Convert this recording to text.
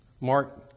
Mark